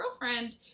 girlfriend